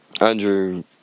Andrew